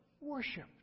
Worship